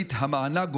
בתכלית המענק,